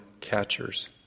catchers